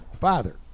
father